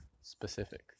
specific